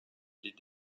les